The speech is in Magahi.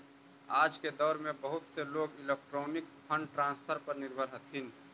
आज के दौर में बहुत से लोग इलेक्ट्रॉनिक फंड ट्रांसफर पर निर्भर हथीन